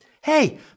hey